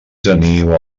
teniu